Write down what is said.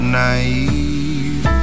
naive